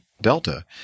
Delta